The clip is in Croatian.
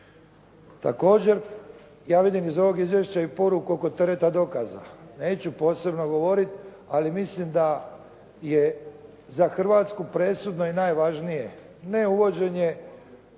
Također, ja vidim iz ovog izvješća i poruku oko tereta dokaza. Neću posebno govoriti, ali mislim da je za Hrvatsku presudno i najvažnije ne uvođenje